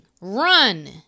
Run